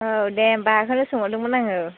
औ दे होमबा बेखौनो सोंहरदोंमोन आङो